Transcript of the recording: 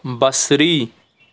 بصری